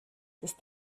ist